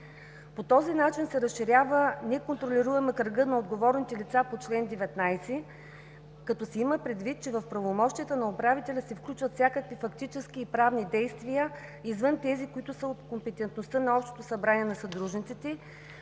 По този начин се разширява неконтролируемо кръгът на отговорните лица по чл. 19. Като се има предвид, че в правомощията на управителя се включват всякакви фактически и правни действия извън тези, които са от компетентността на Общото събрание на съдружниците,